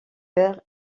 vert